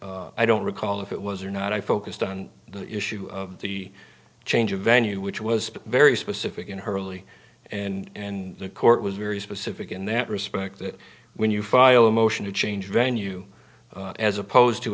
her i don't recall if it was or not i focused on the issue of the change of venue which was very specific in hurley and the court was very specific in that respect that when you file a motion to change venue as opposed to